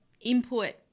input